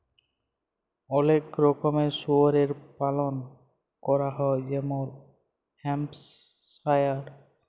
অলেক রকমের শুয়রের পালল ক্যরা হ্যয় যেমল হ্যাম্পশায়ার